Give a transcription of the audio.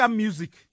music